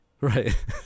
Right